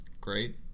Great